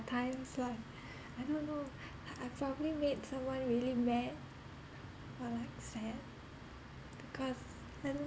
times like I don't know like I probably made someone really mad or like sad because I don't